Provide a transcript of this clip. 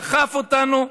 דחף אותנו.